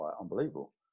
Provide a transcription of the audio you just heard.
unbelievable